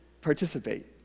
participate